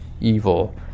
evil